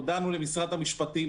הודענו למשרד המשפטים,